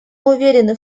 уверены